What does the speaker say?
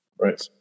Right